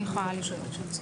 אני יכולה לבדוק.